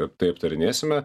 tai aptarinėsime